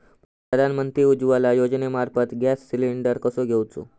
प्रधानमंत्री उज्वला योजनेमार्फत gas cylinder कसो घेऊचो?